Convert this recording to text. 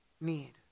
need